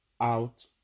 out